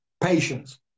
Patience